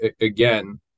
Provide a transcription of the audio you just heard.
again